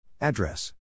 Address